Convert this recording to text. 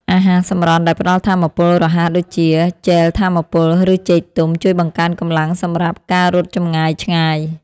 អាហារសម្រន់ដែលផ្ដល់ថាមពលរហ័ស ដូចជាជែលថាមពល ឬចេកទុំ ជួយបង្កើនកម្លាំងសម្រាប់ការរត់ចម្ងាយឆ្ងាយ។